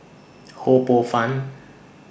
Ho Poh Fun